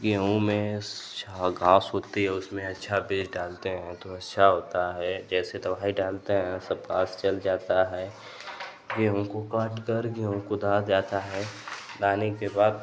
गेहूँ में घास उगती है उसमें अच्छा बीज डालते हैं तो अच्छा होता है जैसे दवाई डालते हैं सब घास जल जाता है गेहूँ कों काट कर गेहूँ को दाहा जाता है दाहने के बाद